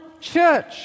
church